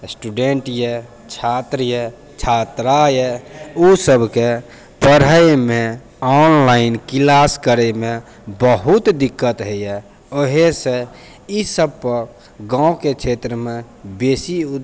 student अइ छात्र अइ छात्रा अइ ओ सबके पढ़ैमे ऑनलाइन किलास करैमे बहुत दिक्कत होइए ओहेसँ ई सबपर गाँवके क्षेत्रमे बेसी उद